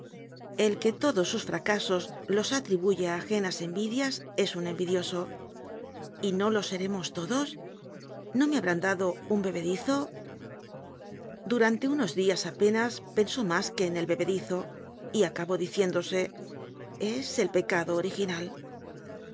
el que todos sus fracasos los atribuye a aje nas envidias es un envidioso y no lo seremostodos no me habrán dado un bebedizo durante unos días apenas pensó más que en el bebedizo y acabó diciéndose es el pecado original